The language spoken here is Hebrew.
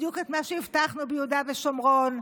בדיוק את מה שהבטחנו ביהודה ושומרון,